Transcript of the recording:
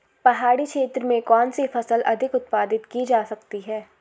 पहाड़ी क्षेत्र में कौन सी फसल अधिक उत्पादित की जा सकती है?